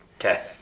okay